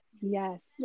Yes